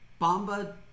Bamba